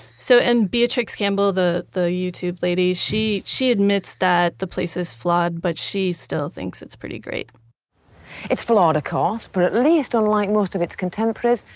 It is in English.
so, and beatrix campbell, the the youtube lady, she she admits that the place is flawed, but she still thinks it's pretty great it's flawed of course, but at least, unlike most of its contemporaries,